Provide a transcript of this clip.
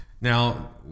now